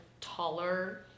taller